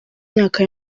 myaka